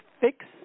fix